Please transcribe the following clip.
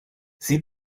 sieh